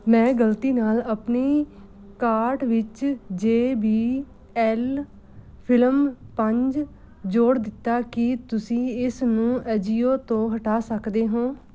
ਮੈਂ ਗਲਤੀ ਨਾਲ ਆਪਣੀ ਕਾਰਟ ਵਿੱਚ ਜੇ ਬੀ ਐਲ ਫਲਿੱਪ ਪੰਜ ਜੋੜ ਦਿੱਤਾ ਕੀ ਤੁਸੀਂ ਇਸ ਨੂੰ ਅਜੀਓ ਤੋਂ ਹਟਾ ਸਕਦੇ ਹੋ